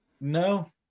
No